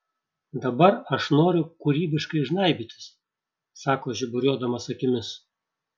dabar aš noriu kūrybiškai žnaibytis sako žiburiuodamas akimis